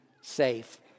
safe